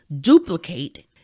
duplicate